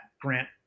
grant